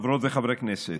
חברות וחברי הכנסת,